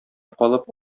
калып